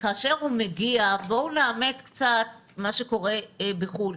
וכאשר הוא מגיע בואו נאמץ קצת מה שקורה בחו"ל,